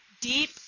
deep